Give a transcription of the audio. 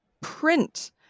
print